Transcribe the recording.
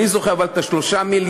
אבל אני זוכר את 3 המיליארד,